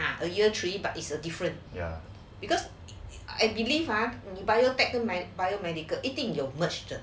a year three but it's a different because I believe ah new biotech biomedical 一定有一个